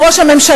הוא ראש הממשלה.